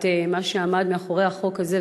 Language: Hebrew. את מה שעמד מאחורי החוק הזה,